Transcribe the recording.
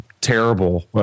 terrible